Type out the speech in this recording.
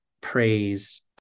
praise